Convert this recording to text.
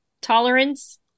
tolerance